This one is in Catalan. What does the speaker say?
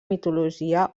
mitologia